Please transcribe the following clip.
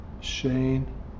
Shane